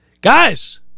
Guys